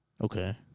okay